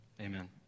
Amen